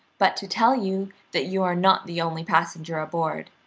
but to tell you that you are not the only passenger aboard,